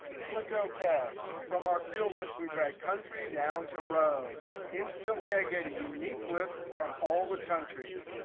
click ok. from our field list, we drag country down to rows. instantly, i get a unique list of all the countries.